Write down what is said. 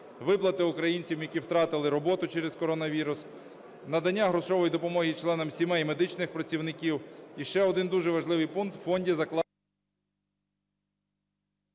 виплати українцям, які втратили роботу через коронавірус; надання грошової допомоги членам сімей медичних працівників. І ще один дуже важливий пункт. У фонді…